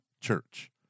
church